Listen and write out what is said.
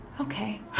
Okay